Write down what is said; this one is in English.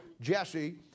Jesse